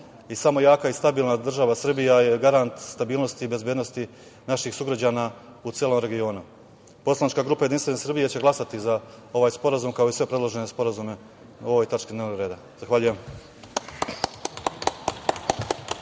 Samo jaka i stabilna država Srbija je garant stabilnosti i bezbednosti naših sugrađana u celom regionu. Poslanička grupa JS će glasati za ovaj sporazum, kao i za sve predložene sporazume u ovoj tački dnevnog reda. Zahvaljujem.